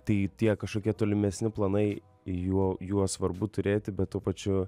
tai tie kažkokie tolimesni planai juo juos svarbu turėti bet tuo pačiu